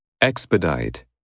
Expedite